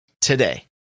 today